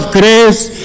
grace